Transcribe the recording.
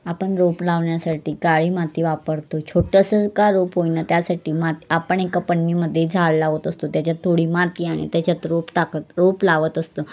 आपण रोप लावण्यासाठी काळी माती वापरतो छोटंसं का रोप होईना त्यासाठी मात आपण एका पन्नीमध्ये झाड लावत असतो त्याच्यात थोडी माती आणि त्याच्यात रोप टाकत रोप लावत असतो